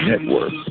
Network